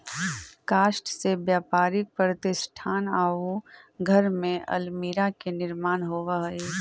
काष्ठ से व्यापारिक प्रतिष्ठान आउ घर में अल्मीरा के निर्माण होवऽ हई